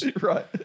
Right